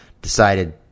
decided